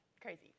crazy